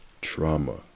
trauma